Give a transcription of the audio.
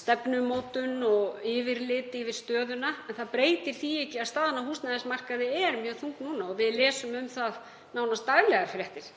stefnumótun og yfirlit yfir stöðuna. Það breytir því ekki að staðan á húsnæðismarkaði er mjög þung núna. Við lesum nánast daglegar fréttir